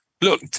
look